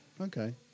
Okay